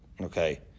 Okay